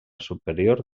superior